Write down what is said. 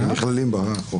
שנכללות בחוק.